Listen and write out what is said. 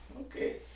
Okay